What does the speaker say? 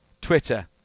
Twitter